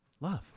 Love